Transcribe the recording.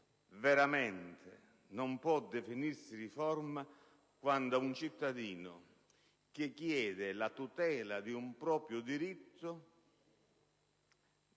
perché non può parlarsi di riforma quando un cittadino, che chiede la tutela di un proprio diritto,